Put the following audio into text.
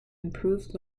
improved